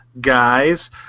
guys